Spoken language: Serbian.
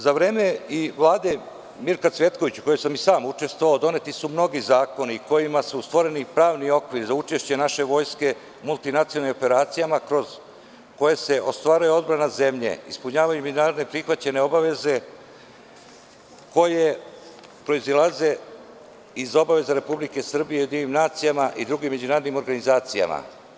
Za vreme Vlade Mirka Cvetkovića, u kojoj sam i sam učestvovao, doneti su mnogi zakoni kojima su stvoreni pravni okviri za učešće naše vojske u multinacionalnim operacijama, kroz koje se ostvaruje odbrana zemlje, ispunjavaju međunarodno prihvaćene obaveze, koje proizilaze iz obaveze Republike Srbije u UN i drugim međunarodnim organizacijama.